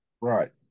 right